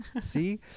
See